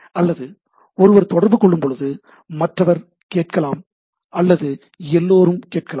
அல்லது ஒருவர் தொடர்பு கொள்ளும்போது மற்றவர் கேட்கலாம் அல்லது எல்லாரும் கேட்கலாம்